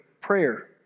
prayer